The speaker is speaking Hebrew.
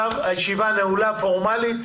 הישיבה נעולה ואת